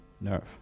nerve